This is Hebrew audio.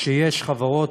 שיש חברות,